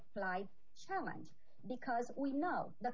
flight challenge because we know the